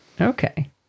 Okay